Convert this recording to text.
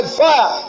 fire